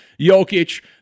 Jokic